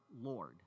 Lord